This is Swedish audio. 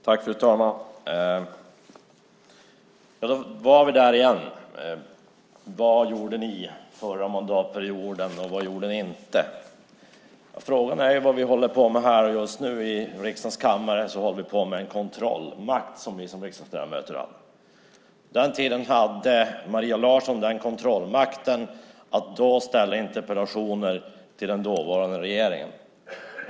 Fru talman! Då var vi där igen: Vad gjorde ni förra mandatperioden och vad gjorde ni inte? Frågan är vad vi håller på med här och just nu. I riksdagens kammare håller vi på med en kontrollmakt som vi som riksdagsledamöter använder. Tidigare hade Maria Larsson kontrollmakten att ställa interpellationer till den dåvarande regeringen.